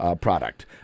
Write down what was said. product